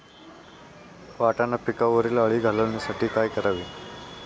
वाटाणा पिकावरील अळी घालवण्यासाठी काय करावे?